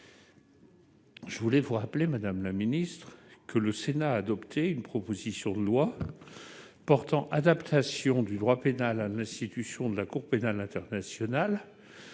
Je voulais vous appeler Madame la Ministre, que le Sénat a adopté une proposition de loi portant adaptation du droit pénal à l'institution de la Cour pénale internationale